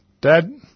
dad